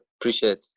appreciate